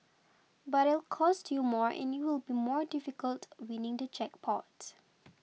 but it'll cost you more and it will be more difficult winning the jackpot